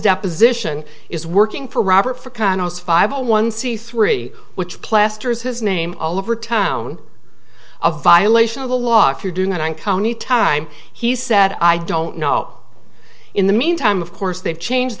deposition is working for robert for condos five hundred one c three which plasters his name all over town a violation of the law if you're doing that on company time he said i don't know in the meantime of course they've changed